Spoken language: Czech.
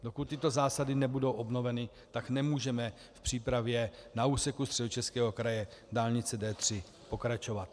Dokud tyto zásady nebudou obnoveny, nemůžeme v přípravě na úseku Středočeského kraje dálnice D3 pokračovat.